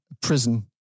prison